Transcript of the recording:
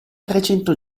trecento